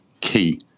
key